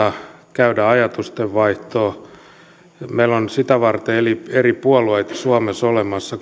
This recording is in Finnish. käydään ajatustenvaihtoa meillä on sitä varten eri puolueita suomessa olemassa